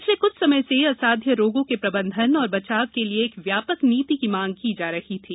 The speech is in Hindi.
पिछले कुछ समय से असाध्य रोगों के प्रबंधन और बचाव के लिए एक व्यापक नीति की मांग की जा रही थी